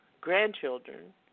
grandchildren